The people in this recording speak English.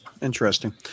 Interesting